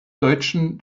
deutschen